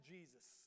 Jesus